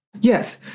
Yes